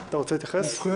לשנה